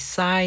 Side